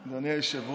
מזו,